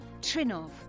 Trinov